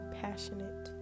passionate